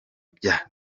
bya